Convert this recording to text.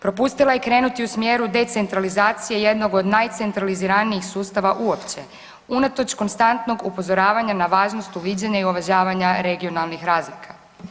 Propustila je krenuti u smjeru decentralizacije jednog od najcentraliziranijih sustava uopće, unatoč konstantnog upozoravanja na važno uviđanja i uvažavanja regionalnih razlika.